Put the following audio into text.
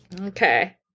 Okay